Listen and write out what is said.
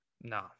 no